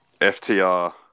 FTR